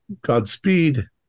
Godspeed